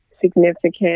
significant